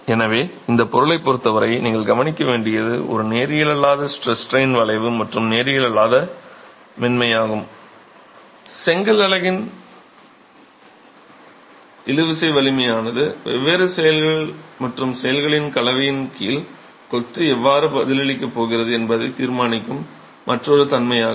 எனவே இந்த பொருளைப் பொருத்தவரை நீங்கள் கவனிக்க வேண்டியது ஒரு நேரியல் அல்லாத ஸ்ட்ரெஸ் ஸ்ட்ரைன் வளைவு மற்றும் நேரியல் அல்லாத மென்மையாகும் செங்கல் அலகின் இழுவிசை வலிமையானது வெவ்வேறு செயல்கள் மற்றும் செயல்களின் கலவையின் கீழ் கொத்து எவ்வாறு பதிலளிக்கப் போகிறது என்பதைத் தீர்மானிக்கும் மற்றொரு தன்மை ஆகும்